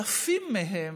אלפים מהם,